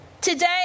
Today